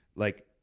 like,